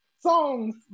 Songs